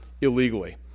illegally